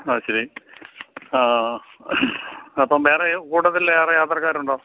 ആ ശരി അപ്പം വേറെ കൂട്ടത്തിൽ വേറെ യാത്രക്കാരുണ്ടോ